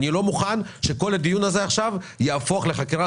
אני לא מוכן שכל הדיון הזה יהפוך לחקירה